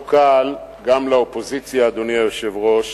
לא קל גם לאופוזיציה, אדוני היושב-ראש,